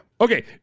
okay